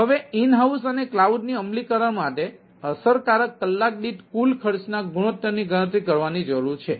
તેથી હવે in house અને કલાઉડ ની અમલીકરણ માટે અસરકારક કલાક દીઠ કુલ ખર્ચના ગુણોત્તરની ગણતરી કરવાની જરૂર છે